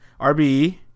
RBE